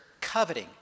coveting